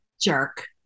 Jerk